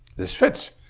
this fits,